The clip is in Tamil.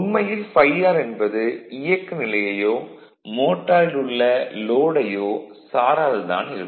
உண்மையில் ∅r என்பது இயக்க நிலையையோ மோட்டாரில் உள்ள லோடையோ சாராது தான் இருக்கும்